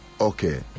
okay